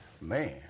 Man